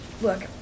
look